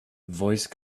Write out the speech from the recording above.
voice